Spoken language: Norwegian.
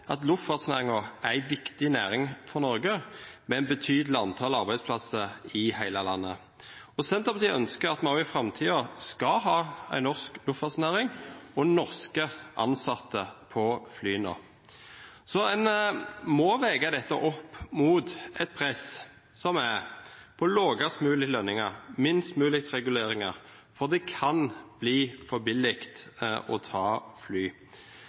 at luftfartsnæringen er en viktig næring for Norge, med et betydelig antall arbeidsplasser i hele landet. Senterpartiet ønsker at vi også i framtiden skal ha en norsk luftfartsnæring og norske ansatte på flyene, så en må veie dette opp mot et press på lavest mulige lønninger og minst mulig reguleringer, for det kan bli for billig å ta fly.